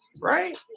Right